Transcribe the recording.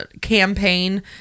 campaign